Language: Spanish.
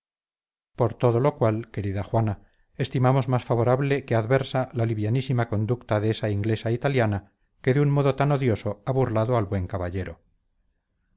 por todo lo cual querida juana estimamos más favorable que adversa la livianísima conducta de esa inglesa italiana que de un modo tan odioso ha burlado al buen caballero